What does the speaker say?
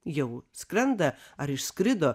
jau skrenda ar išskrido